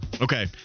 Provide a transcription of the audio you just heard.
Okay